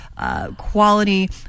Quality